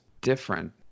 different